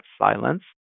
silence